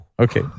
Okay